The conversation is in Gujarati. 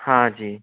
હાજી